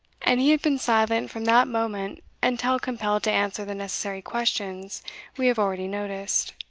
and he had been silent from that moment until compelled to answer the necessary questions we have already noticed.